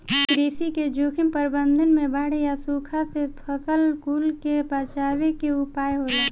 कृषि में जोखिम प्रबंधन में बाढ़ या सुखा से फसल कुल के बचावे के उपाय होला